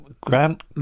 grant